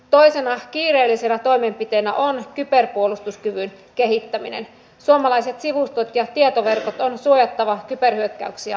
mutta siinä näen hyvää että me keskustelemme tästä asiasta että lainsäädäntöä pitää kehittää